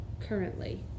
currently